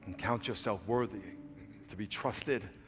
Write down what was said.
count yourself worthy to be trusted.